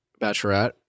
Bachelorette